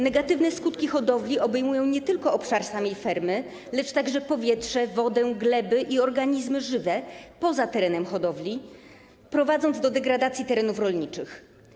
Negatywne skutki hodowli obejmują nie tylko obszar samej fermy, lecz także powietrze, wodę, gleby i organizmy żywe poza terenem hodowli, prowadząc do degradacji terenów rolniczych.